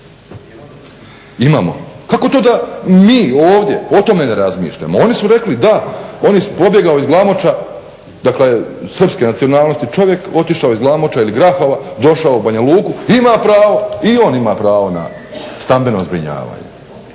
Imamo, kako to da mi ovdje o tome ne razmišljamo? Oni su rekli, da on je pobjegao iz Glamoča, dakle srpske nacionalnosti čovjek otišao iz Glamoča ili Grahova, došao u Banja Luku ima pravo, i on ima pravo na stambeno zbrinjavanje.